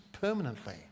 permanently